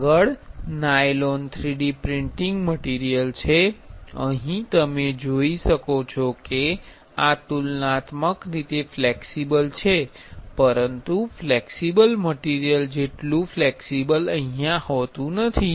આગળ nylon 3D printing material છે અહીં તમે જોઈ શકો છો કે આ તુલનાત્મક રીતે ફ્લેક્સિબલ છે પરંતુ ફ્લેક્સિબલ મટીરિયલ જેટલુ ફ્લેક્સિબલ નથી